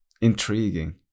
Intriguing